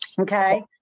okay